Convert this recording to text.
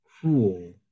cruel